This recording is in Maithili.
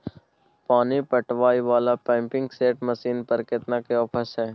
पानी पटावय वाला पंपिंग सेट मसीन पर केतना के ऑफर छैय?